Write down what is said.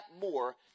more